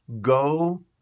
Go